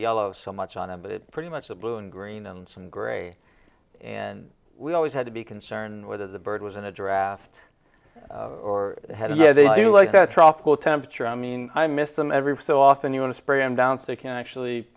yellow so much on them but pretty much a blue and green and some gray and we always had to be concerned whether the bird was in a draft or had yeah they do like that truffle temperature i mean i miss them every so often you want to spray them down so you can actually